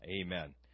Amen